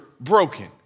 broken